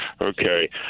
Okay